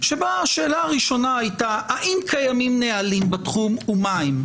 שבה השאלה הראשונה הייתה האם קיימים נהלים בתחום ומה הם?